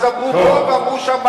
אז אמרו פה ואמרו שם.